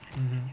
mm